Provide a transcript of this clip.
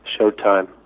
Showtime